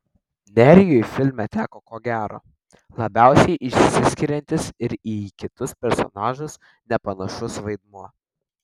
nerijui filme teko ko gero labiausiai išsiskiriantis ir į kitus personažus nepanašus vaidmuo